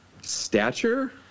stature